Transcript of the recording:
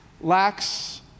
lacks